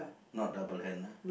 not double hand ah